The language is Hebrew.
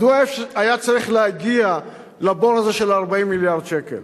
מדוע היה צריך להגיע לבור הזה של 40 מיליארד השקל?